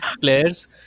players